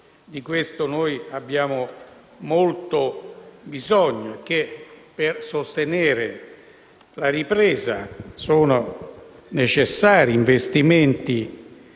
di questo noi abbiamo molto bisogno e che, per sostenere la ripresa, sono necessari investimenti